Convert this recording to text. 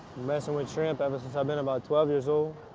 messin' with shrimp ever since i've been about twelve years old.